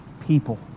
people